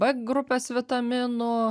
b grupės vitaminų